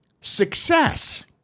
success